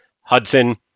Hudson